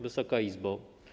Wysoka Izbo!